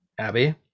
Abby